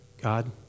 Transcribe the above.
God